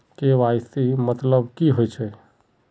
KYC मतलब की होचए?